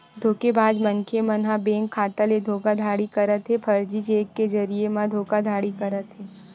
धोखेबाज मनखे मन ह बेंक खाता ले धोखाघड़ी करत हे, फरजी चेक के जरिए म धोखाघड़ी करत हे